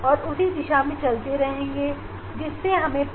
हम दूसरे रंग जैसे कि हरा पीला इत्यादि इनके लिए भी इसी प्रकार से रीडिंग लेंगे